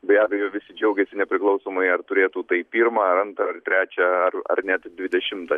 be abejo visi džiaugiasi nepriklausomai ar turėtų tai pirmą ar antrą ar trečią ar ar net dvidešimtą